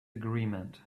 agreement